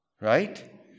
Right